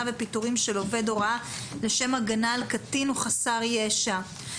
בפיטורים של עובד הוראה לשם הגנה על קטין או חסר ישע.